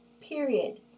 period